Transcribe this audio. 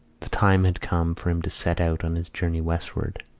the time had come for him to set out on his journey westward.